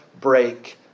break